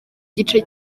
gice